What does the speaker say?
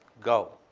go,